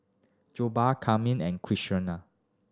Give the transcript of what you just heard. Jokbal Kheema and Quesadillas